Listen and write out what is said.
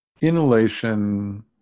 inhalation